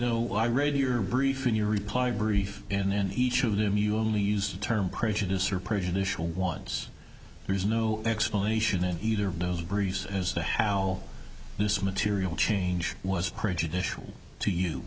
know why read your brief in your reply brief and in each of them you only use the term prejudice or prejudicial once there's no explanation in either no breeze as to how this material change was prejudicial to you